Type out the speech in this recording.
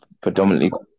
Predominantly